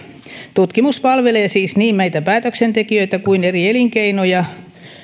tutkimus palvelee siis niin meitä päätöksentekijöitä kuin eri elinkeinoja